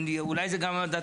אבל אולי זה גם הדתיים,